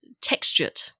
textured